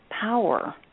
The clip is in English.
power